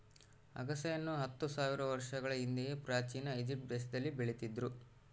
ಅಗಸೆಯನ್ನು ಹತ್ತು ಸಾವಿರ ವರ್ಷಗಳ ಹಿಂದೆಯೇ ಪ್ರಾಚೀನ ಈಜಿಪ್ಟ್ ದೇಶದಲ್ಲಿ ಬೆಳೀತಿದ್ರು